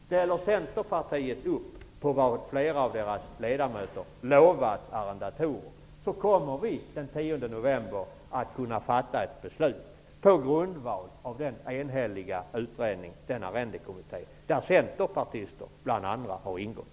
Ställer Centerpartiet upp på vad flera av centerledamöterna har lovat arrendatorer, kommer vi den 10 november att kunna fatta ett beslut på grundval av en enhetlig utredning, Arrendekommittén, där bl.a. centerpartister har ingått.